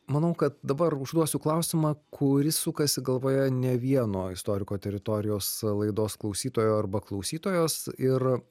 manau kad dabar užduosiu klausimą kuris sukasi galvoje ne vieno istoriko teritorijos laidos klausytojo arba klausytojos ir